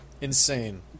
Insane